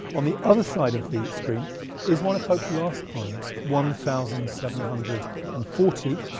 on the other side of the screen is one of pope's last poems one thousand seven hundred and forty,